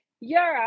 Europe